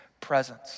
presence